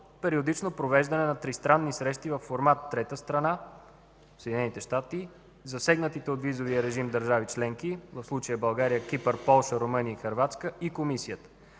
периодично провеждане на тристранни срещи във формат: трета страна – Съединените щати, засегнатите от визовия режим държави членки, в случая Българя, Кипър, Полша, Румъния и Хърватска, и Комисията.